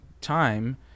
time